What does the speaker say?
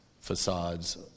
facades